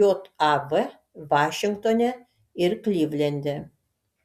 jav vašingtone ir klivlende